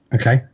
Okay